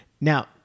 now